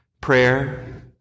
Prayer